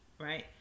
Right